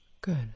Good